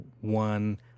one